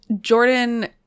Jordan